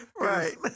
Right